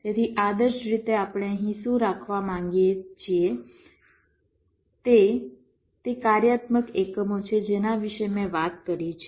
તેથી આદર્શ રીતે આપણે અહીં શું રાખવા માગીએ છીએ તે તે કાર્યાત્મક એકમો છે જેના વિશે મેં વાત કરી છે